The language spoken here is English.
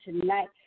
tonight